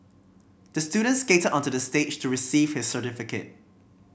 the student skated onto the stage to receive his certificate